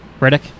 Riddick